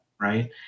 right